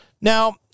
Now